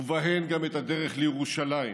ובהן גם את הדרך לירושלים.